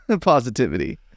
positivity